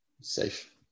Safe